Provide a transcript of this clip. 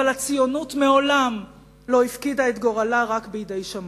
אבל הציונות מעולם לא הפקידה את גורלה רק בידי שמים.